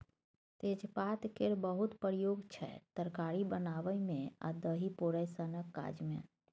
तेजपात केर बहुत प्रयोग छै तरकारी बनाबै मे आ दही पोरय सनक काज मे